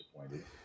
disappointed